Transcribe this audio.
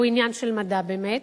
והוא עניין של מדע באמת